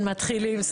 מתחילים.